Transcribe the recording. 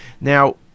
Now